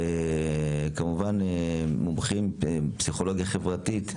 מומחים בפסיכולוגיה חברתית: